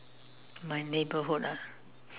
my neighborhood ah